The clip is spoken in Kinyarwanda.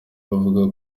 bavuga